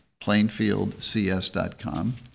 plainfieldcs.com